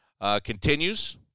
continues